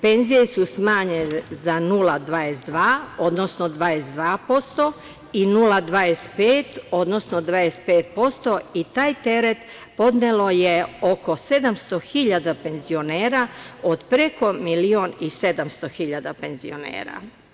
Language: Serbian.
Penzije su smanjene za 0,22, odnosno 22% i 0,25, odnosno 25% i taj teret podnelo je oko 700 hiljada penzionera od preko milion i 700 hiljada penzionera.